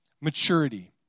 maturity